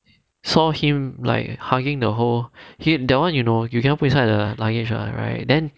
saw him like hugging the whole he that one you know you can't put inside the luggage [one] right then